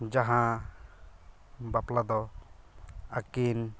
ᱡᱟᱦᱟᱸ ᱵᱟᱯᱞᱟᱫᱚ ᱟᱹᱠᱤᱱ